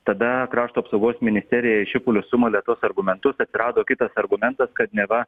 tada krašto apsaugos ministerija į šipulius sumalė tuos argumentus atsirado kitas argumentas kad neva